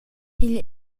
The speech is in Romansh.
igl